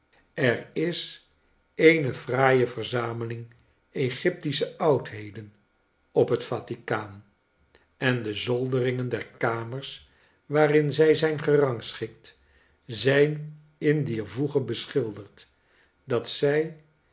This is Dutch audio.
er is eene fraaie verzameling egyptische oudheden op het vatikaan en de zolderingen der kamers waarin zij zijn gerangschikt zijn in dier voege beschiiderd dat zij